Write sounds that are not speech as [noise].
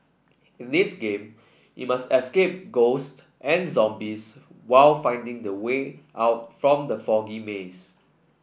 in this game you must [unintelligible] ghosts and zombies while finding the way out from the foggy maze